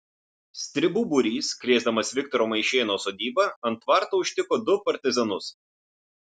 stribų būrys krėsdamas viktoro maišėno sodybą ant tvarto užtiko du partizanus